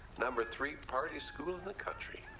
number-three party school in the country.